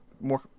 more